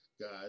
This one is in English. guys